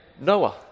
Noah